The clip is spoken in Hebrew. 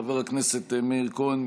חבר הכנסת מאיר כהן,